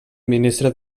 ministre